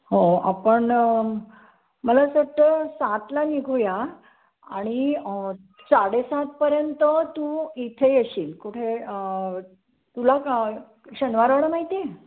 हो आपण मला असं वाटतं सातला निघूया आणि साडेसातपर्यंत तू इथे येशील कुठे तुला शनिवार वाडा माहिती आहे